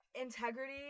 integrity